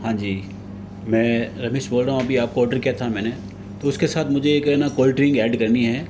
हाँ जी मैं रमेश बोल रहा हूँ अभी आपको ऑर्डर किया था मैंने तो उसके साथ मुझे एक है ना कोल्डड्रिंक ऐड करनी है